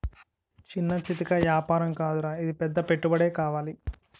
చిన్నా చితకా ఏపారం కాదురా ఇది పెద్ద పెట్టుబడే కావాలి